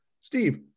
Steve